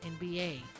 NBA